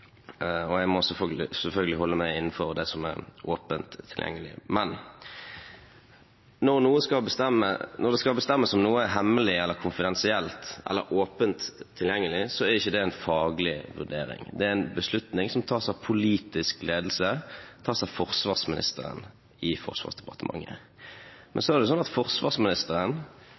nytt. Jeg må selvfølgelig holde meg innenfor det som er åpent tilgjengelig. Når det skal bestemmes om noe er hemmelig, konfidensielt eller åpent tilgjengelig, er ikke det en faglig vurdering, det er en beslutning som tas av politisk ledelse, av forsvarsministeren, i Forsvarsdepartementet. Men forsvarsministeren, politisk ledelse, er,